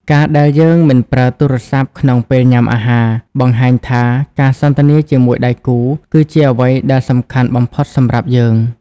ការដែលយើងមិនប្រើទូរស័ព្ទក្នុងពេលញ៉ាំអាហារ បង្ហាញថាការសន្ទនាជាមួយដៃគូគឺជាអ្វីដែលសំខាន់បំផុតសម្រាប់យើង។